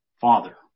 father